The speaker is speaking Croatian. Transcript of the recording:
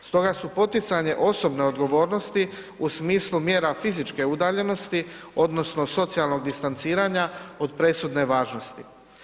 Stoga su poticanje osobne odgovornosti u smislu mjera fizičke udaljenosti odnosno socijalnog distanciranja od presudne važnosti.